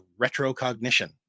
retrocognition